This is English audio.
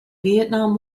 vietnam